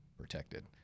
protected